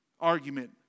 argument